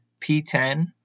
P10